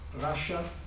Russia